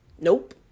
nope